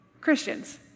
Christians